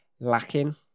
lacking